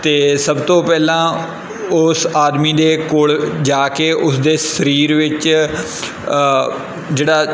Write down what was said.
ਅਤੇ ਸਭ ਤੋਂ ਪਹਿਲਾਂ ਉਸ ਆਦਮੀ ਦੇ ਕੋਲ ਜਾ ਕੇ ਉਸਦੇ ਸਰੀਰ ਵਿੱਚ ਜਿਹੜਾ